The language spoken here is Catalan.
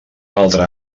altre